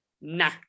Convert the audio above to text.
Nah